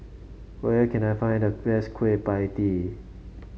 where can I find the best Kueh Pie Tee